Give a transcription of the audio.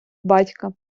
батька